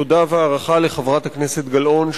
תודה והערכה לחברת הכנסת גלאון,